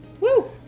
Woo